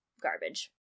garbage